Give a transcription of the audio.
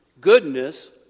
goodness